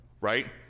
right